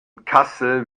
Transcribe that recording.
kassel